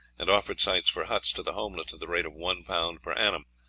and offered sites for huts to the homeless at the rate of one pound per annum,